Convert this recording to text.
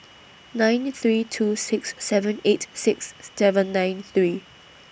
nine three two six seven eight six seven nine three